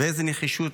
איזו נחישות